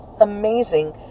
amazing